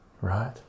right